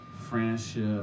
friendship